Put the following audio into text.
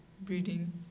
breeding